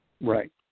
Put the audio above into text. Right